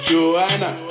Joanna